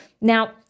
Now